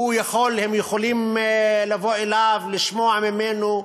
הם יכולים לבוא אליו, לשמוע ממנו.